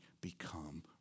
become